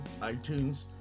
iTunes